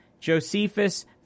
Josephus